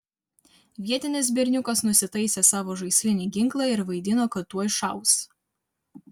vietinis berniukas nusitaisė savo žaislinį ginklą ir vaidino kad tuoj šaus